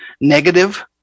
negative